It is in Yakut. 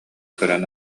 көрөн